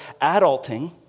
adulting